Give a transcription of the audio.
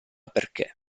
perché